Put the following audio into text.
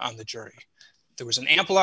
on the jury there was an ample